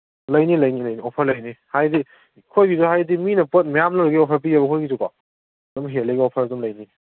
ꯂꯩꯅꯤ ꯂꯩꯅꯤ ꯂꯩꯅꯤ ꯑꯣꯐꯔ ꯂꯩꯅꯤ ꯍꯥꯏꯗꯤ ꯑꯩꯈꯣꯏꯁꯨ ꯃꯤꯅ ꯍꯥꯏꯗꯤ ꯄꯣꯠ ꯃꯌꯥꯝ ꯂꯧꯕꯒꯤ ꯄꯤꯌꯦꯕ ꯑꯩꯈꯣꯏꯒꯤꯁꯨꯀꯣ ꯑꯗꯨꯝ ꯍꯦꯜꯂꯤꯉꯩ ꯑꯣꯐꯔ ꯑꯗꯨꯝ ꯂꯩꯅꯤ